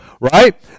right